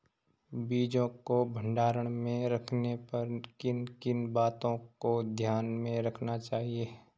बीजों को भंडारण में रखने पर किन किन बातों को ध्यान में रखना चाहिए?